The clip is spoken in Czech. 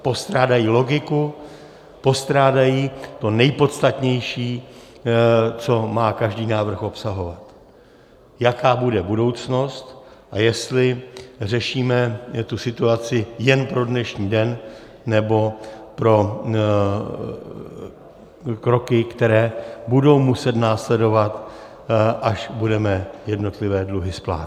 Postrádají logiku, postrádají to nejpodstatnější, co má každý návrh obsahovat; jaká bude budoucnost a jestli řešíme tu situaci jen pro dnešní den nebo pro kroky, které budou muset následovat, až budeme jednotlivé dluhy splácet.